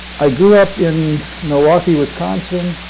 i grew up in milwaukee, wisconsin.